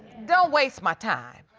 don't waste my time.